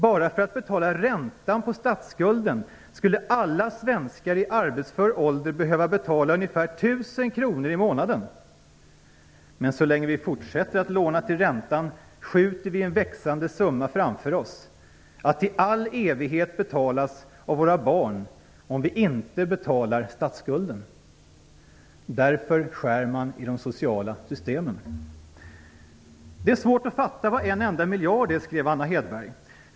Bara för att betala räntan på statsskulden skulle alla svenskar i arbetsför ålder behöva betala ungefär 1 000 kronor i månaden. - Men så länge vi fortsätter att låna till räntan skjuter vi en växande summa framför oss. Att i all evighet betalas av oss och våra barn om vi inte betalar av på statsskulden." Därför skär man i de sociala systemen. Det är svårt att fatta vad en enda miljard är, skrev Anna Hedborg.